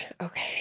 Okay